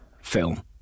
film